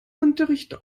unterricht